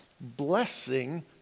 Blessing